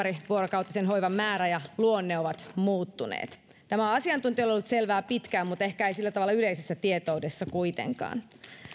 kuin ympärivuorokautisen hoivan määrä ja luonne ovat muuttuneet tämä on asiantuntijoille ollut selvää pitkään mutta ehkä ei sillä tavalla yleisessä tietoudessa kuitenkaan